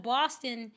Boston